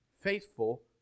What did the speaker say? faithful